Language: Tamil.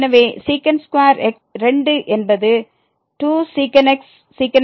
எனவே x 2 என்பது 2 sec x sec x tan x ஆகும்